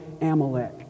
Amalek